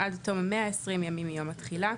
עד תום 120 ימים מיום התחילה.